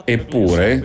Eppure